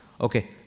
Okay